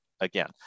again